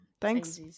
Thanks